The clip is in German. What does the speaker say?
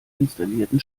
installierten